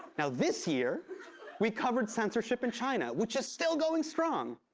now, this year we covered censorship in china, which is still going strong.